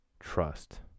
trust